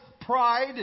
pride